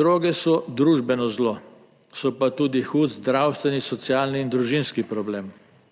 Droge so družbeno zlo, so pa tudi hud zdravstveni, socialni in družinski problem.